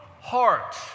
heart